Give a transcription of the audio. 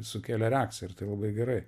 sukėlė reakciją ir tai labai gerai